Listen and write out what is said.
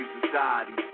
society